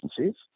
agencies